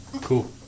Cool